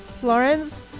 Florence